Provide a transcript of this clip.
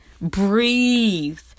Breathe